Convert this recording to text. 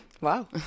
wow